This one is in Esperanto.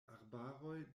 arbaroj